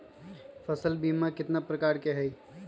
फसल बीमा कतना प्रकार के हई?